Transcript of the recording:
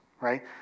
right